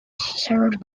served